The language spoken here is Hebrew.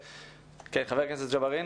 חבר הכנסת ג'אברין.